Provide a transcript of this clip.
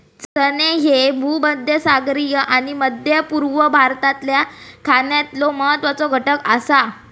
चणे ह्ये भूमध्यसागरीय आणि मध्य पूर्व भागातल्या खाण्यातलो महत्वाचो घटक आसा